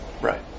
Right